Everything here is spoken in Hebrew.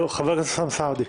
חבר הכנסת אוסאמה סעדי.